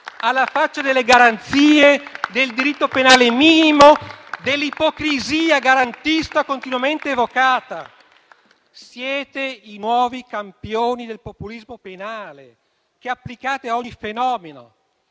alla faccia delle garanzie del diritto penale minimo, dell'ipocrisia garantista continuamente evocata. Siete i nuovi campioni del populismo penale, che applicate a ogni fenomeno,